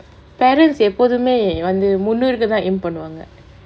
parent எப்போதுமே வந்து முந்நூறுக்கு தான்:eppothumae vanthu munnoorukku thaan aim பண்ணுவாங்க:pannuvaanga